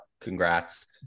Congrats